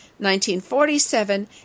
1947